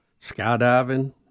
skydiving